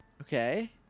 Okay